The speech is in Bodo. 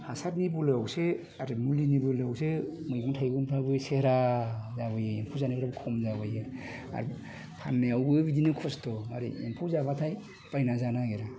हासारनि बोलोआवसो आरो मुलिनि बोलोआवसो मैगं थाइगंफ्राबो सेहेरा जाबोयो एम्फौ जानायफ्राबो खम जाबोयो आरो फाननायावबो बिदिनो खस्थ' आरो एम्फौ जाब्लाथाय बायना जानो नागेरा